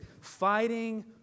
fighting